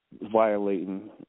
violating